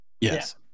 Yes